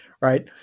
Right